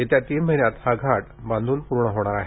येत्या तीन महिन्यात हा घाट बांधून पूर्ण होणार आहे